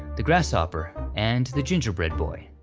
the grasshopper, and the gingerbread boy.